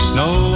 Snow